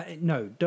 No